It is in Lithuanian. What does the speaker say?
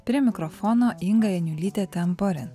prie mikrofono inga janiulytė tenporen